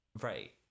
right